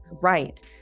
right